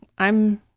i'm,